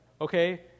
okay